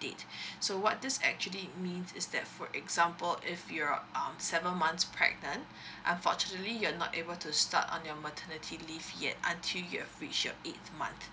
date so what this actually means is that for example if you are um seven months pregnant unfortunately you're not able to start on your maternity leave yet until you've reached your eighth month